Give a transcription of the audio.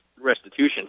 restitution